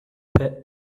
pit